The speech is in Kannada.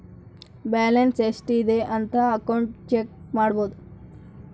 ಬ್ಯಾಲನ್ಸ್ ಎಷ್ಟ್ ಇದೆ ಅಂತ ಅಕೌಂಟ್ ಚೆಕ್ ಮಾಡಬೋದು